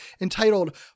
entitled